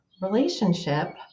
relationship